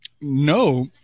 No